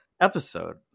episode